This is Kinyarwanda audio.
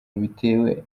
bitewe